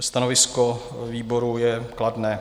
Stanovisko výboru je kladné.